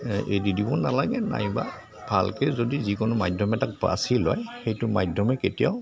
এৰি দিব নালাগে নাইবা ভালকে যদি যিকোনো মাধ্যম এটাক বাচি লয় সেইটো মাধ্যমে কেতিয়াও